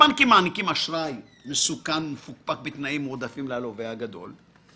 הבנקים מעניקים אשראי מסוכן ומפוקפק בתנאים מועדפים ללווה הגדול.